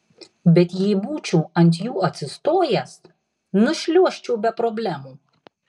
bet jei būčiau ant jų atsistojęs nušliuožčiau be problemų